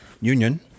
Union